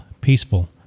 peaceful